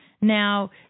Now